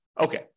Okay